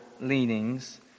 leanings